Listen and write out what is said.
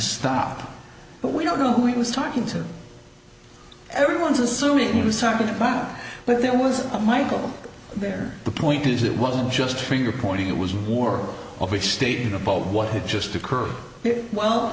stop but we don't know who he was talking to everyone's assuming he was talking about but there was a michael there the point is it wasn't just finger pointing it was more of a statement above what had just occurred well